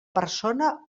persona